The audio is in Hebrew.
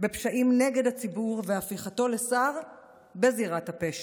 בפשעים נגד הציבור והפיכתו לשר בזירת הפשע,